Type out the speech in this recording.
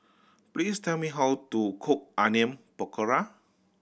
please tell me how to cook Onion Pakora